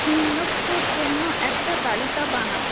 নিম্নোক্তর জন্য একটা তালিকা বানাও